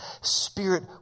spirit